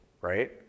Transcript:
right